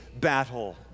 battle